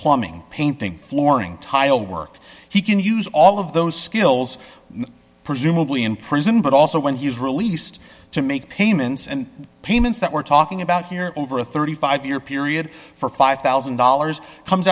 plumbing painting flooring tile work he can use all of those skills presumably in prison but also when he is released to make payments and payments that we're talking about here over a thirty five year period for five thousand dollars comes